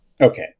Okay